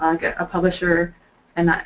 and a publisher and